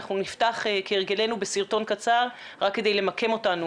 נפתח כהרגלנו בסרטון קצר רק כדי למקם אותנו